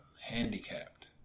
handicapped